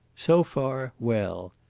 so far well.